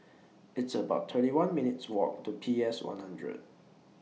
It's about thirty one minutes' Walk to P S one hundred